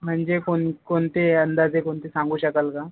म्हणजे कोणकोणते अंदाजे कोणते सांगू शकाल का